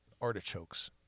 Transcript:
artichokes